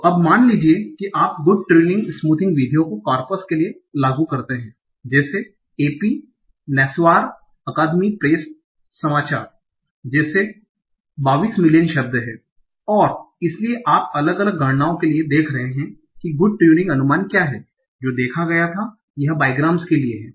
तो अब मान लीजिए कि आप गुड ट्यूरिंग स्मूथिंग विधियों को कॉर्पस के लिए लागू करते हैं जैसे AP newswire academic press समाचार जैसे 22 मिलियन शब्द हैं और इसलिए आप अलग अलग गणनाओं के लिए देख रहे हैं कि गुड ट्यूरिंग अनुमान क्या है जो देखा गया था यह bigrams के लिए है